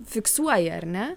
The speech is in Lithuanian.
fiksuoja ar ne